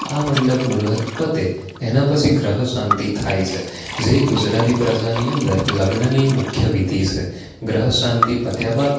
આ મંડપ મુહૂર્ત પતે એનાં પછી ગ્રહ શાંતિ થાય છે જે ગુજરાતી પ્રજાની અંદર લગ્નની મુખ્ય વિધિ છે ગ્રહ શાંતિ પત્યા બાદ